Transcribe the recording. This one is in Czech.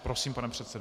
Prosím, pane předsedo.